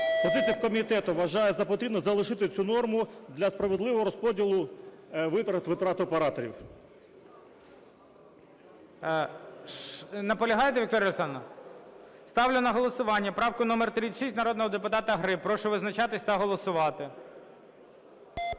Позиція комітету: вважаємо за потрібне залишити цю норму для справедливого розподілу витрат операторів. ГОЛОВУЮЧИЙ. Наполягаєте, Вікторія Олександрівна? Ставлю на голосування правку номер 36 народного депутата Гриб. Прошу визначатись та голосувати.